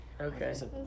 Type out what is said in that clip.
Okay